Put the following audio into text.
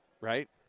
right